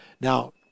Now